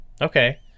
okay